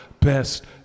best